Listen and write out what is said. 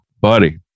buddy